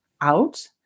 out